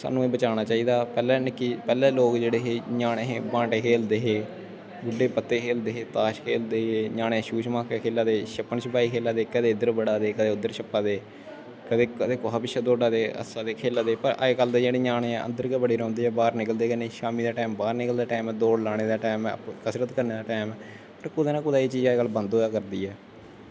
साह्नू एह् बचाना चाही दा पैह्लैं निक्की पैह्लैं लोग जेह्ड़े ञ्यानें हे बांटे खेलदे हे बिढ्ढे पत्ते खेलदे हे ताश खेलदे हे ञ्यानें शुह् शोआके खेला दे शप्पन शपाई खेला दे कदैं इद्दर बड़ा दे कदै उद्दर शप्पा दे कदैं कुसा पिच्छें दौड़ा दे हस्सा दे खेला दे पर अज कल दे जोह्ड़े ञ्यानें ऐं अन्दर गै बड़े रौंह्दे ऐ बाह्र निकलदे गै नी शाम्मी दा टैम बाह्र निकलनें दा टाईम ऐ बाह्र निकलनें दा टाईम ऐं कसरत करनें दा टैंम ऐं ते कुदै ना कुदै एह् चीड़ बंद होआ करदी ऐ